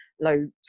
low